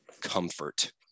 comfort